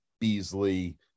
Beasley